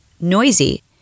noisy